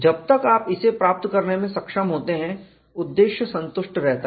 जब तक आप इसे प्राप्त करने में सक्षम होते हैं उद्देश्य संतुष्ट रहता है